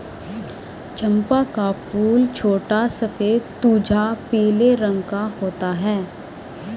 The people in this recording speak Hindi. चंपा का फूल छोटा सफेद तुझा पीले रंग का होता है